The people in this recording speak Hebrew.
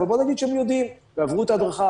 אבל בוא נגיד שהם יודעים ועברו את ההדרכה